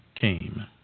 came